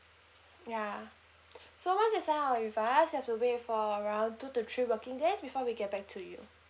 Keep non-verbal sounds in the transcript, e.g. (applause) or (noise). ya (breath) so once you sign up with us you have to wait for around two to three working days before we get back to you